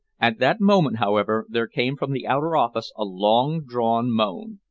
at that moment, however, there came from the outer office a long-drawn moan.